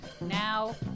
Now